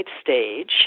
stage